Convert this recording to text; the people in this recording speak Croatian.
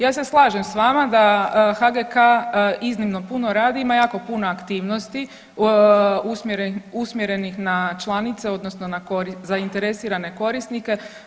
Ja se slažem s vama da HGK-a iznimno puno radi, ima jako puno aktivnosti usmjerenih na članice odnosno na zainteresirane korisnike.